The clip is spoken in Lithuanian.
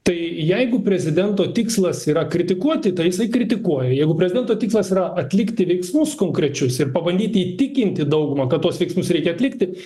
tai jeigu prezidento tikslas yra kritikuoti tai jisai kritikuoja jeigu prezidento tikslas yra atlikti veiksmus konkrečius ir pabandyti įtikinti daugumą kad tuos veiksmus reikia atlikti